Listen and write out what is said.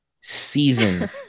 season